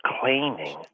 claiming